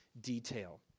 detail